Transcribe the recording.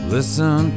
Listen